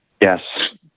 Yes